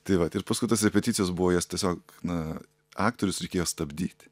tai vat ir paskui tos repeticijos buvo jos tiesiog na aktorius reikėjo stabdyti